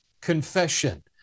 confession